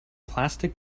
plastic